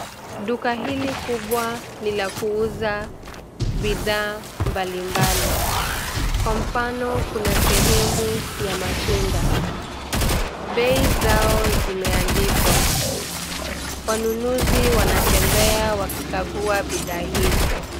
Duka hili kubwa ni la kuuza bidhaa mbalimbali. Kwa mfano kuna sehemu ya matunda. Bei zao zimeandikwa. Wanunuzi wanatembea wakikagua bidhaa hizi.